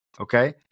Okay